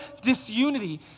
disunity